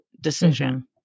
decision